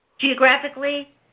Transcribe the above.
geographically